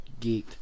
geeked